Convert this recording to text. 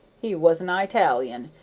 he was an i-talian,